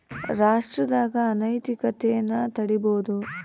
ರಾಷ್ಟ್ರದಾಗ ಅನೈತಿಕತೆನ ತಡೀಬೋದು